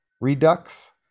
redux